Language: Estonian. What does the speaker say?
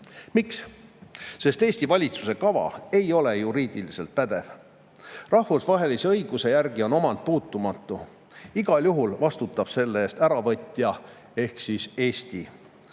Miks? Sest Eesti valitsuse kava ei ole juriidiliselt pädev. Rahvusvahelise õiguse järgi on omand puutumatu, igal juhul vastutab selle eest äravõtja ehk siis Eesti.